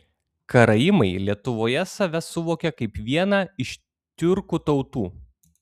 karaimai lietuvoje save suvokia kaip vieną iš tiurkų tautų